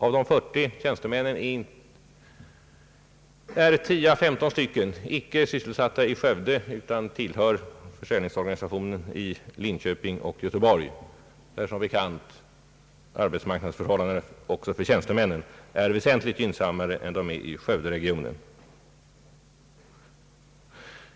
Av de 40 tjänstemännen är 10 å 15 icke sysselsatta i Skövde utan tillhör försäljningsorganisationen i Linköping och Göteborg, där som bekant arbetsmarknadsförhållandena också för tjänstemän är väsentligt gynnsammare än de är i Skövde-regionen.